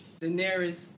Daenerys